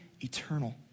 eternal